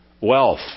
wealth